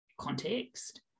context